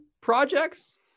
projects